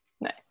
Nice